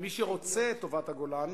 מי שרוצה את טובת הגולן,